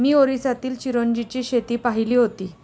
मी ओरिसातील चिरोंजीची शेती पाहिली होती